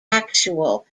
actual